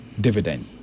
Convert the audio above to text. dividend